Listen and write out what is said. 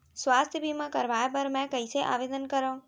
स्वास्थ्य बीमा करवाय बर मैं कइसे आवेदन करव?